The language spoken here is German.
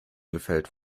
gefällt